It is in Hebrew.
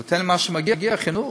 אבל תן מה שמגיע, חינוך.